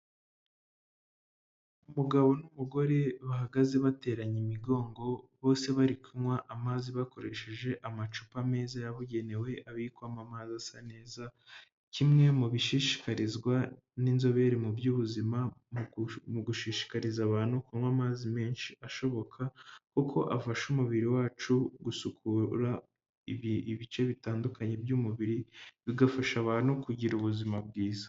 Umugabo n'umugore bahagaze bateranye imigongo bose bari kunywa amazi bakoresheje amacupa meza yabugenewe abikwamo amiza asa neza, kimwe mu bishishikarizwa n'inzobere mu by'ubuzima mu gushishikariza abantu kunywa amazi menshi ashoboka kuko afasha umubiri wacu gusukura ibice bitandukanye by'umubiri bigafasha abantu kugira ubuzima bwiza.